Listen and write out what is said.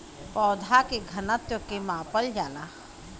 पौधा के घनत्व के मापल जाला